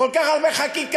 כל כך הרבה חקיקה.